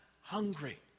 hungry